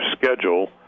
schedule